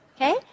okay